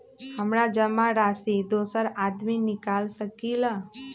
हमरा जमा राशि दोसर आदमी निकाल सकील?